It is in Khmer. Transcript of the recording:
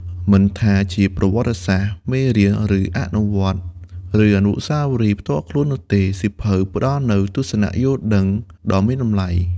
មិនថាជាប្រវត្តិសាស្ត្រ មេរៀនជីវិត ឬអនុស្សាវរីយ៍ផ្ទាល់ខ្លួននោះទេ សៀវភៅផ្ដល់នូវទស្សនៈយល់ដឹងដ៏មានតម្លៃ។